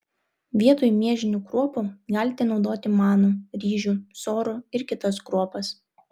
vietoj miežinių kruopų galite naudoti manų ryžių sorų ir kitas kruopas